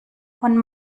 von